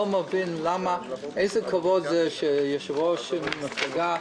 מבין איזה כבוד זה שיושב-ראש מפלגה,